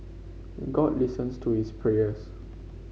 god listens to his prayers